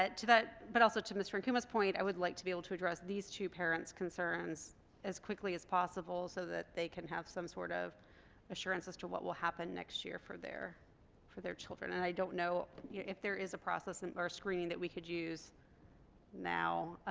to that but also to mr. ankuma's point i would like to be able to address these two parents concerns as quickly as possible so that they can have some sort of assurance as to what will happen next year for their for their children and i don't know yeah if there is a process and or screening that we could use now